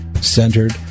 centered